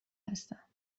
هستم